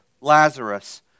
Lazarus